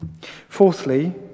Fourthly